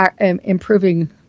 improving